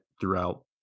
throughout